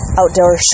outdoor